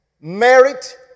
merit